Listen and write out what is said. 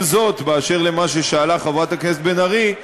עם זאת, באשר למה ששאלה חברת הכנסת בן ארי,